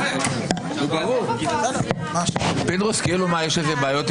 ממשיך ישיבה קודמת,